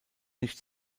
nicht